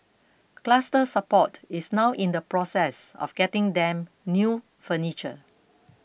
Cluster Support is now in the process of getting them new furniture